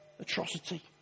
atrocity